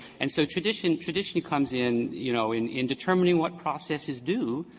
and so tradition tradition comes in, you know, in in determining what process is due,